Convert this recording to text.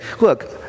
look